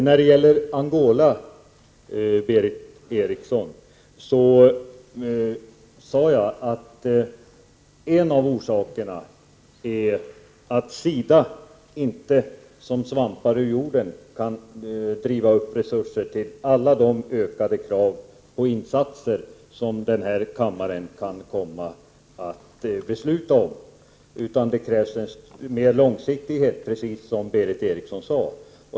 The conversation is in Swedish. När det gäller Angola, Berith Eriksson, sade jag att en av orsakerna är att SIDA inte som svampar ur jorden kan driva upp resurser till alla de ökade krav på insatser som kammaren kan komma att besluta om utan att det krävs mer långsiktighet, precis som Berith Eriksson sade.